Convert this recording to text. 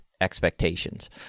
expectations